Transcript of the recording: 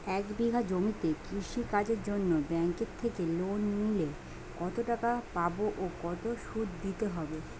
এক বিঘে জমিতে কৃষি কাজের জন্য ব্যাঙ্কের থেকে লোন নিলে কত টাকা পাবো ও কত শুধু দিতে হবে?